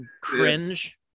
cringe